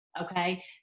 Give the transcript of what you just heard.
okay